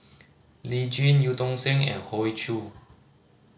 Lee Jin Eu Tong Sen and Hoey Choo